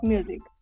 Music